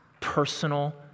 personal